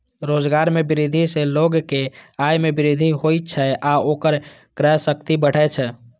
रोजगार मे वृद्धि सं लोगक आय मे वृद्धि होइ छै आ ओकर क्रय शक्ति बढ़ै छै